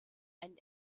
einen